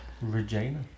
Regina